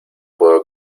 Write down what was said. puedo